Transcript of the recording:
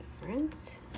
different